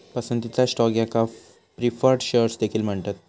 पसंतीचा स्टॉक याका preferred shares देखील म्हणतत